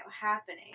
happening